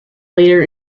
later